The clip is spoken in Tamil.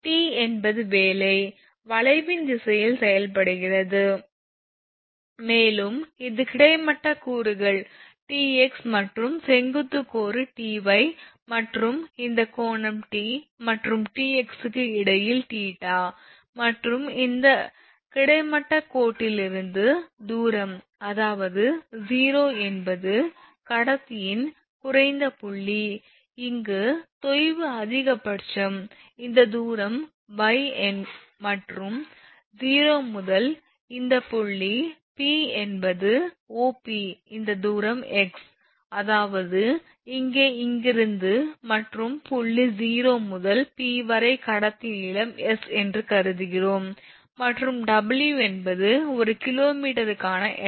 T என்பது வேலை வளைவின் திசையில் செயல்படுகிறது மேலும் இது கிடைமட்ட கூறுகள் Tx மற்றும் செங்குத்து கூறு Ty மற்றும் இந்த கோணம் T மற்றும் Tx க்கு இடையில் θ மற்றும் இந்த கிடைமட்ட கோட்டிலிருந்து தூரம் அதாவது 0 என்பது கடத்தியின் குறைந்த புள்ளி இங்கு தொய்வு அதிகபட்சம் இந்த தூரம் y மற்றும் 0 முதல் இந்த புள்ளி P என்பது 0P இந்த தூரம் x அதாவது இங்கே இங்கிருந்து மற்றும் புள்ளி 0 முதல் P வரை கடத்தி நீளம் s என்று கருதுகிறோம் மற்றும் W என்பது ஒரு கிலோ மீட்டருக்கு ஆன எடை